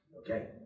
Okay